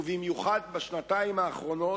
ובמיוחד בשנתיים האחרונות,